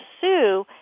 Sue